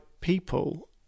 people